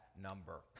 number